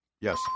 Yes